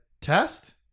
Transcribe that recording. Test